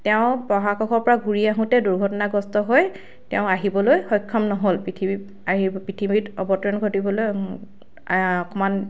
তেওঁ মহাকাশৰ পৰা ঘূৰি আহোতে দুৰ্ঘটনাগ্ৰস্থ হৈ তেওঁ আহিবলৈ সক্ষম নহ'ল পৃথিৱী পৃথিৱীত অৱতৰণ ঘটিবলৈ অকণমান